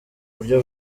buryo